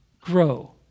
grow